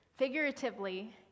figuratively